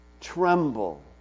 tremble